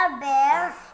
bear